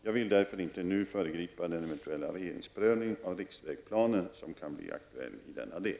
Jag vill därför inte föregripa den eventuella regeringsprövning av riksvägplanen som kan bli aktuell i denna del.